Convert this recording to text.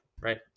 right